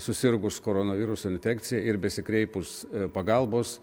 susirgus koronaviruso infekcija ir besikreipus pagalbos